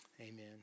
Amen